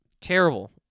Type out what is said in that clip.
terrible